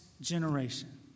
generation